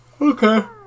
Okay